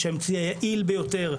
שהאמצעי היעיל ביותר,